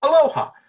Aloha